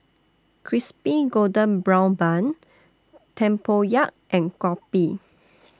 Crispy Golden Brown Bun Tempoyak and Kopi